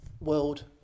World